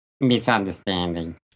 misunderstanding